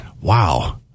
Wow